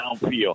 downfield